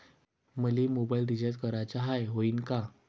मले mobile recharge कराचा हाय, होईनं का?